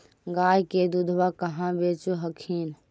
गया के दूधबा कहाँ बेच हखिन?